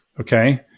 Okay